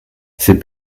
ces